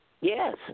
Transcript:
Yes